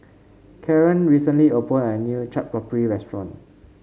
Karren recently opened a new Chaat Papri restaurant